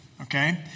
Okay